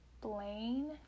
Blaine